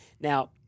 Now